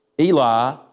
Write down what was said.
Eli